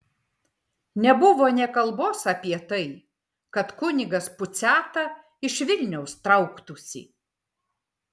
nebuvo nė kalbos apie tai kad kunigas puciata iš vilniaus trauktųsi